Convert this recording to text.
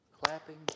clapping